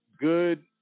good